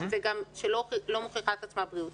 שגם לא מוכיחה את עצמה בריאותית.